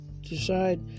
decide